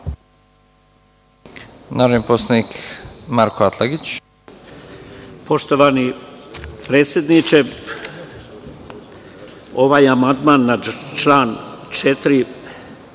Narodni poslanik Marko Atlagić